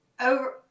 over